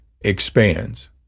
expands